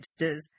hipsters